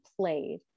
played